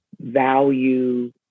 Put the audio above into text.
value